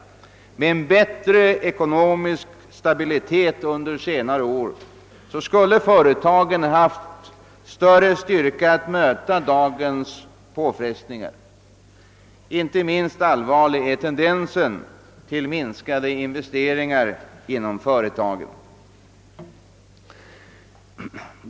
Med en bättre ekonomisk stabilitet under senare år skulle företagen haft större styrka att möta dagens påfrestningar. Inte minst allvarlig är tendensen till minskade investeringar inom företagen.